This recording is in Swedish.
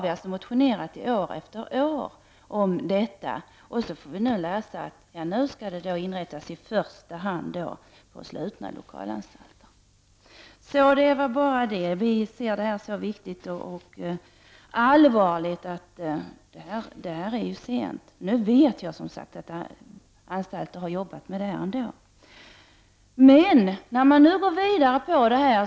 Vi har alltså motionerat år efter år om detta, och så får vi läsa att handlingsplaner nu skall upprättas på i första hand slutna lokalanstalter. Vi anser att det är allvarligt att det sker så sent. Jag vet, som sagt var, att det finns anstalter som redan har jobbat med detta.